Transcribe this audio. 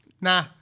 nah